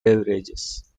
beverages